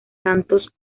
cantos